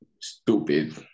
Stupid